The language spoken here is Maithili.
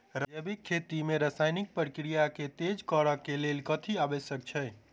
जैविक खेती मे रासायनिक प्रक्रिया केँ तेज करै केँ कऽ लेल कथी आवश्यक छै?